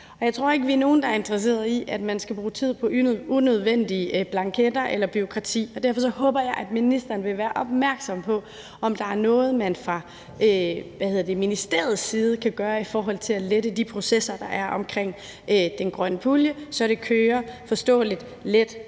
jeg tror ikke, at der er nogen, der er interesseret i, at man skal bruge tid på unødvendige blanketter og bureaukrati, og derfor håber jeg, at ministeren vil være opmærksom på, om der er noget, man fra ministeriets side kan gøre i forhold til at lette de processer, der er omkring den grønne pulje, så det kører forståeligt, let